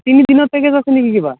তিনি দিনৰ পেকেজ আছে নেকি কিবা